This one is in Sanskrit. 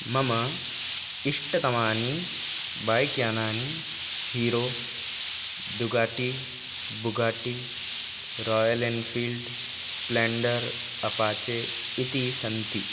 मम इष्टतमानि बैक्यानानि Hero Ducati Bugatti Royal Enfield Splendor Apache इति सन्ति